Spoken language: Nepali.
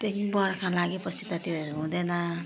त्यही नि बर्खा लाग्यो पछि त त्योहरू हुँदैन